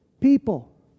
people